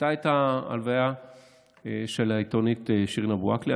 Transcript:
הייתה הלוויה של העיתונאית שירין אבו עאקלה.